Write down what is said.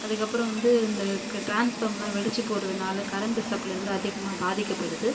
அதுக்கு அப்புறம் வந்து இந்த ட்ரான்ஸ்ஃபாம்லாம் வெடித்து போகிறதுனால கரண்ட் சப்ளை வந்து அதிகமாக பாதிக்கப்படுது